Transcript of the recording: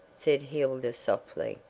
said hilda softly,